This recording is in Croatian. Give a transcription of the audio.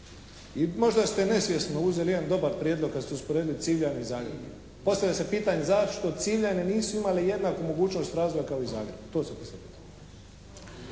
I možda ste nesvjesno uzeli jedan dobar prijedlog kad ste usporedili Civljane i Zagreb. Postavlja se pitanje zašto Civljane nisu imale jednaku mogućnost razvoja kao i Zagreb, to se postavlja